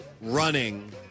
running